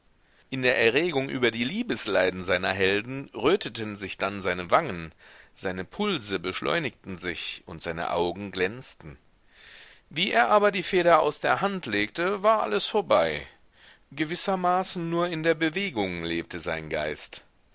in der erregung über die liebesleiden seiner helden röteten sich dann seine wangen seine pulse beschleunigten sich und seine augen glänzten wie er aber die feder aus der hand legte war alles vorbei gewissermaßen nur in der bewegung lebte sein geist